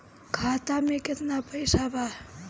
खाता में केतना पइसा बा?